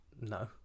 no